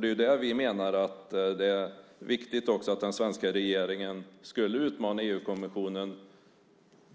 Det är där vi menar att det är viktigt att den svenska regeringen utmanar EU-kommissionen